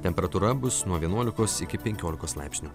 temperatūra bus nuo vienuolikos iki penkiolikos laipsnių